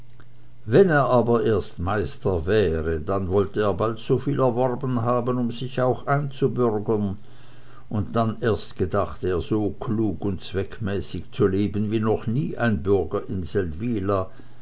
wenn er aber erst meister wäre dann wollte er bald soviel erworben haben um sich auch einzubürgern und dann erst gedachte er so klug und zweckmäßig zu leben wie noch nie ein bürger in